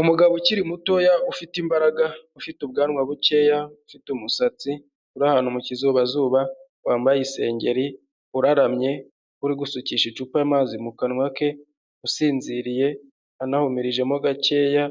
Umugabo ukiri mutoya ufite imbaraga ufite ubwanwa bukeya ufite umusatsi uri ahant mu kizubazuba wambaye isengeri uraramye uri gusukisha icupa amazi mu kanwa ke usinziriye anahumirijemo gakeya